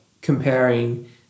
comparing